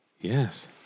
Yes